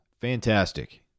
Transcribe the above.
Fantastic